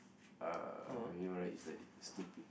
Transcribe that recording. uh you know right it's like it's too big